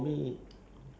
ya